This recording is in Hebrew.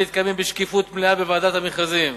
המכרזים מתקיימים בשקיפות מלאה בוועדת המכרזים.